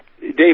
Dave